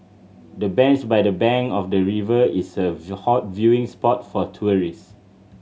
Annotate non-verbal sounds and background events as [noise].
the bench by the bank of the river is a [unintelligible] hot viewing spot for tourist